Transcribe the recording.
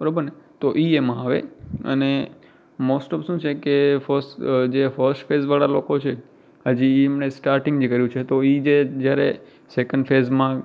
બરાબરને તો એ એમાં આવે અને મોસ્ટ ઑફ શું છે કે ફર્સ્ટ જે ફર્સ્ટ ફેઝવાળા લોકો છે હજી એમણે સ્ટાર્ટિંગથી કર્યું છે તો એ જે જયારે સૅકન્ડ ફેઝમાં